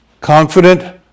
confident